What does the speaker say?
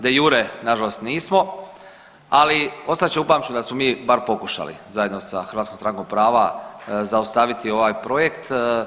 De jure na žalost nismo, ali ostat će upamćeno da smo mi bar pokušali zajedno sa Hrvatskom strankom prava zaustaviti ovaj projekt.